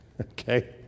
okay